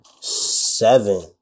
Seven